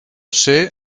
ser